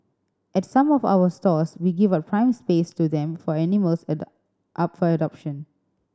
at some of our stores we give out prime space to them for animals up for adoption